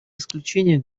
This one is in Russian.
исключения